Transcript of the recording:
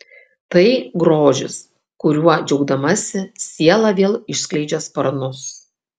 tai grožis kuriuo džiaugdamasi siela vėl išskleidžia sparnus